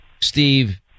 Steve